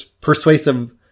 persuasive